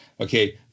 Okay